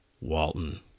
Walton